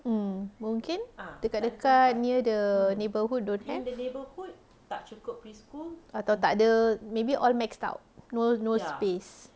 mm mungkin dekat dekat near the neighbourhood don't have atau takde maybe all maxed out no no space